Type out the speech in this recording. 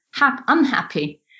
unhappy